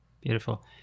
Beautiful